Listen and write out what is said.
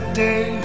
day